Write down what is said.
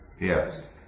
Yes